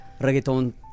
reggaeton